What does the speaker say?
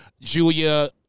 Julia